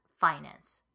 finance